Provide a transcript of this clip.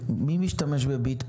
מי משתמש ב"ביט"